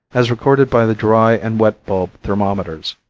as recorded by the dry and wet bulb thermometers.